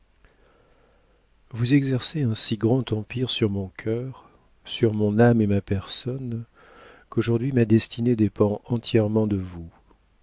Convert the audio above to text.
vous exercez un si grand empire sur mon cœur sur mon âme et ma personne qu'aujourd'hui ma destinée dépend entièrement de vous